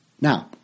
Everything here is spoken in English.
Now